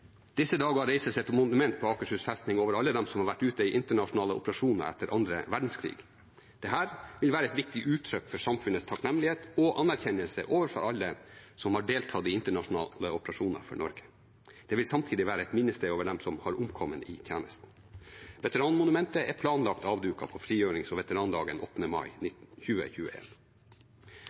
disse dager reises et monument på Akershus festning over alle dem som har vært ute i internasjonale operasjoner etter annen verdenskrig. Dette vil være et viktig uttrykk for samfunnets takknemlighet og anerkjennelse overfor alle som har deltatt i internasjonale operasjoner for Norge. Det vil samtidig være et minnested over dem som har omkommet i tjenesten. Veteranmonumentet er planlagt avduket på frigjørings- og veterandagen 8. mai